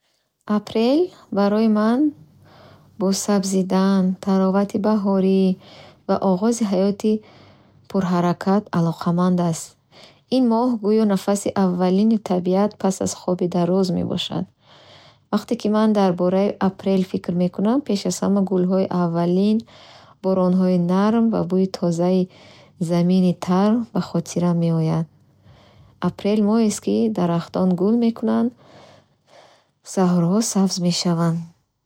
Апрел барои ман бо сабзидан, таровати баҳорӣ ва оғози ҳаёти пурҳаракат алоқаманд аст. Ин моҳ гӯё нафаси аввалини табиат пас аз хоби дароз мебошад. Вақте ки ман дар бораи апрел фикр мекунам, пеш аз ҳама гулҳои аввалин, боронҳои нарм ва бӯи тозаи замини тар ба хотирам меоянд. Апрел моҳест, ки дарахтон гул мекунанд, саҳроҳо сабз мешаванд.